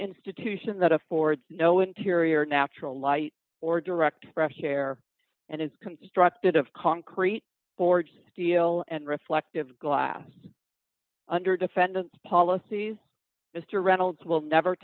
institution that affords no interior natural light or direct fresh air and is constructed of concrete forged deal and reflective glass under defendant's policies mr reynolds will never